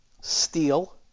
steel